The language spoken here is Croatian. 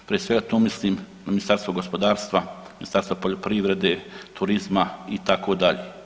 Prije svega to mislim na Ministarstvo gospodarstva, Ministarstvo poljoprivrede, turizma itd.